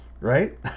right